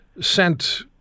sent